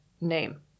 name